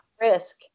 risk